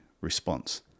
response